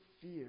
fear